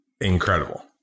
Incredible